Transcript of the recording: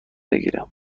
بگیرم